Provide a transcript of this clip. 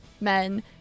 men